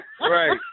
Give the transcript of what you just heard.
Right